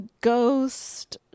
ghost